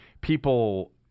people